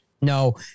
No